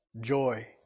joy